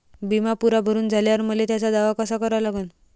बिमा पुरा भरून झाल्यावर मले त्याचा दावा कसा करा लागन?